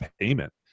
payment